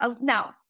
Now